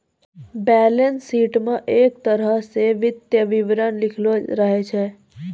balance sheet म एक तरह स वित्तीय विवरण लिखलो रहै छै